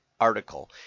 article